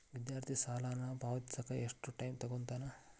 ವಿದ್ಯಾರ್ಥಿ ಸಾಲನ ಪಾವತಿಸಕ ಎಷ್ಟು ಟೈಮ್ ತೊಗೋತನ